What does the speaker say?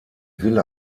villa